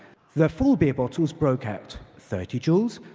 the full beer bottles broke out thirty joules,